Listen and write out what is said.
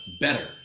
better